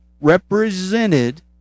represented